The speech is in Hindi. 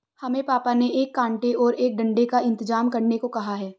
हमें पापा ने एक कांटे और एक डंडे का इंतजाम करने को कहा है